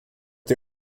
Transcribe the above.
die